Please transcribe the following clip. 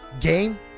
Game